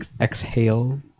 exhale